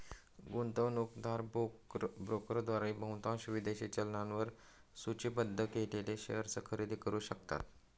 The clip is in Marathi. गुंतवणूकदार ब्रोकरद्वारे बहुतांश विदेशी चलनांवर सूचीबद्ध केलेले शेअर्स खरेदी करू शकतात